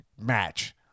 match